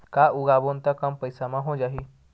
का उगाबोन त कम पईसा म हो जाही?